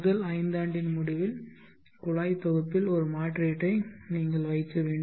முதல் ஐந்தாண்டின் முடிவில் குழாய் தொகுப்பில் ஒரு மாற்றீட்டை நீங்கள் வைக்க வேண்டும்